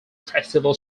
festival